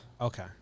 Okay